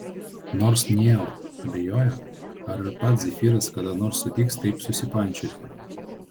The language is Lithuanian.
nors neo abejojo ar ir pats zefyras kada nors sutiks taip susipančioti